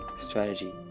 strategy